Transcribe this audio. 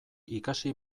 ikasi